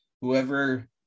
Whoever